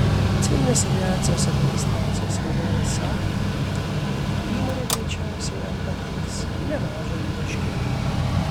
civilinės aviacijos administracijos vadovas sako kad įmonė greičiausiai jam pateiks nemažą ieškinį